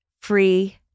free